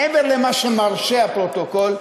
מעבר למה שמרשה הפרוטוקול.